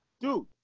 dude